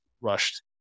rushed